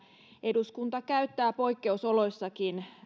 eduskunta käyttää poikkeusoloissakin